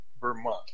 Vermont